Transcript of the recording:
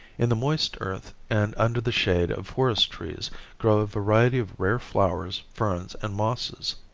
in the moist earth and under the shade of forest trees grow a variety of rare flowers, ferns and mosses.